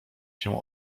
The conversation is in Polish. się